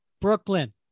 Brooklyn